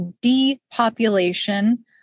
depopulation